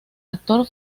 actor